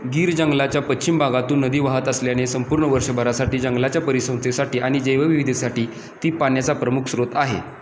गीर जंगलाच्या पश्चिम भागातून नदी वाहत असल्याने संपूर्ण वर्षभरासाठी जंगलाच्या परिसंस्थेसाठी आणि जैवविविधतेसाठी ती पाण्याचा प्रमुख स्रोत आहे